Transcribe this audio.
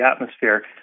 atmosphere